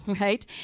Right